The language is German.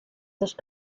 sich